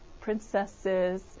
princesses